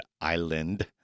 Island